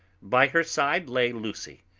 by her side lay lucy,